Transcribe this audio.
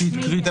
מידע קריטית.